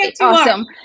awesome